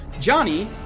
Johnny